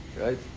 Right